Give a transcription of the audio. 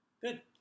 good